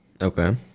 Okay